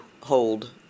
hold